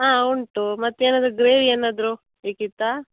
ಹಾಂ ಉಂಟು ಮತ್ತೆ ಏನಾದರು ಗ್ರೇವಿ ಏನಾದ್ರು ಬೇಕಿತ್ತಾ